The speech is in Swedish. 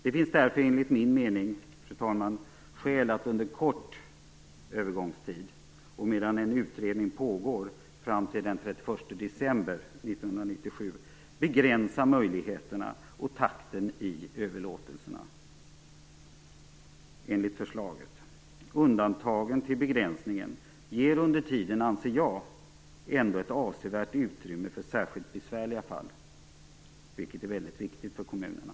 Det finns därför enligt min mening, fru talman, skäl att under en kort övergångsperiod och medan utredning pågår - fram till den 31 december 1997 - begränsa möjligheterna och takten i överlåtelserna, enligt förslaget. Undantagen till begränsningen ger under tiden, anser jag, ändå ett avsevärt utrymme för särskilt besvärliga fall, vilket är viktigt för kommunerna.